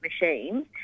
machines